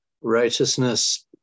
righteousness